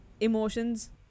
emotions